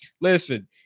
listen